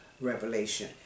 Revelation